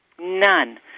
None